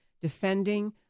defending